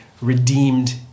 redeemed